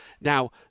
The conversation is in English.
Now